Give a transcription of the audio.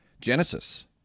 Genesis